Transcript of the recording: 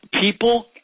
people